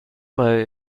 bei